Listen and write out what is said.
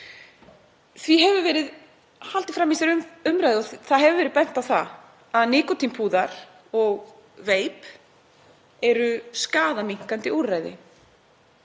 Því hefur verið haldið fram í þessari umræðu og það hefur verið bent á að nikótínpúðar og veip eru skaðaminnkandi úrræði.